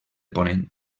ponent